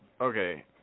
Okay